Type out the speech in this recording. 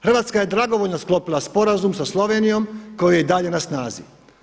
Hrvatska je dragovoljno sklopila sporazum sa Slovenijom koji je i dalje na snazi.